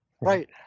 right